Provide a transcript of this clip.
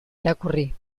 irakurri